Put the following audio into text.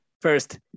First